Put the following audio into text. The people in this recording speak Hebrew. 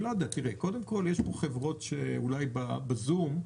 יש חברות שנמצאות אולי בזום,